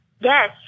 Yes